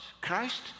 Christ